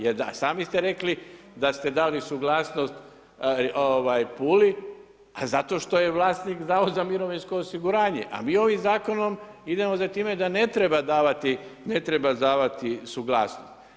Jer da, sami ste rekli da ste dali suglasnost Puli, a zato što je vlasnik dao za mirovinsko osiguranje, a mi ovim zakonom idemo za time da ne treba davati suglasnost.